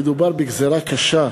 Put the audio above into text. מדובר בגזירה קשה.